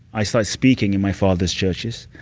i started speaking in my father's churches.